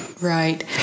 Right